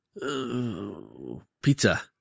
Pizza